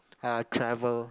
how I travel